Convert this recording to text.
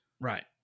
Right